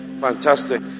Fantastic